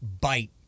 bite